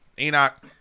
Enoch